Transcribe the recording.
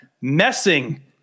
messing